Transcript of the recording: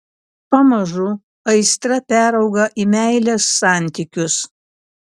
pamažu aistra perauga į meilės santykius